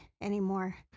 anymore